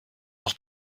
noch